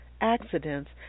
accidents